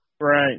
Right